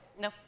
No